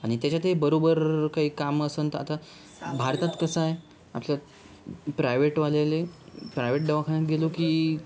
आणि त्याच्यात हे बरोबर काही काम असेल तर आता भारतात कसं आहे असा प्रायव्हेटवाल्याला प्रायव्हेट दवाखान्यात गेलो की